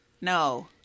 No